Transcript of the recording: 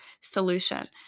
solution